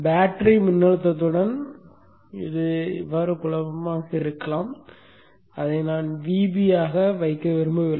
battery மின்னழுத்தத்துடன் குழப்பமாக இருக்கலாம் என்பதால் நான் அதை Vb ஆக வைக்க விரும்பவில்லை